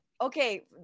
Okay